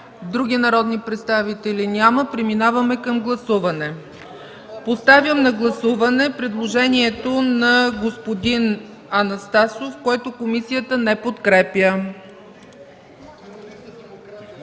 Други народни представители? Няма. Преминаваме към гласуване. Поставям на гласуване предложението на господин Анастасов, което комисията не подкрепя.